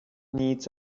needs